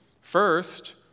First